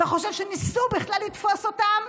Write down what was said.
אתה חושב שניסו בכלל לתפוס אותם?